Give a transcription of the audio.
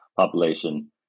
population